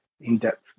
in-depth